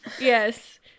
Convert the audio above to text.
yes